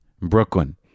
Brooklyn